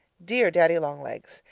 dear daddy-long-legs,